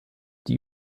die